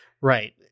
Right